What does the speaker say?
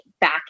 back